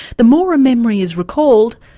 the more a memory is recalled,